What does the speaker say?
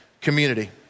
community